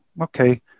okay